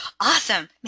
Awesome